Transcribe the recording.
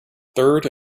third